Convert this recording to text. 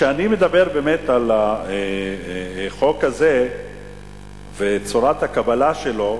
כשאני מדבר באמת על החוק הזה וצורת הקבלה שלו,